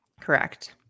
correct